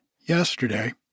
Yesterday